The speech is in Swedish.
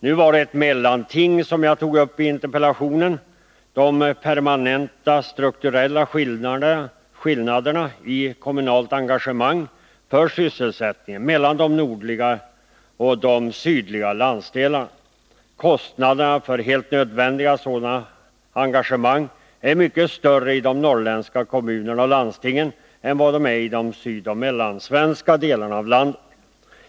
Nu var det ett mellanting jag tog upp i interpellationen: de permanenta, strukturella skillnaderna i kommunalt engagemang för sysselsättningen mellan de nordliga och de sydliga landsdelarna. Kostnaderna för helt nödvändiga sådana engagemang är mycket större i de norrländska kommunerna och landstingen än vad de är i de sydoch mellansvenska delarna av landet.